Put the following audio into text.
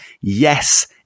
yes